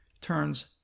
turns